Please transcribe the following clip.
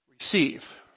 receive